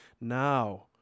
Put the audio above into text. Now